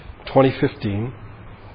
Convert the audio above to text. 2015